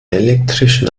elektrischen